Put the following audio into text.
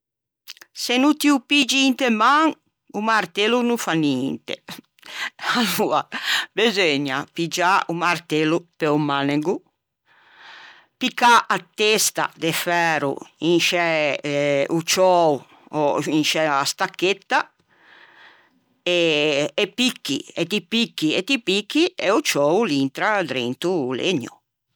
Se no ti ô piggi inte man o martello o no fa ninte. Aloa beseugna piggiâ o martello pe-o manego, piccâ a testa de færo in sce o ciöo o in sce unna stacchetta e picchi, e ti picchi, e ti picchi, e o ciöo o l'intra drento o legno.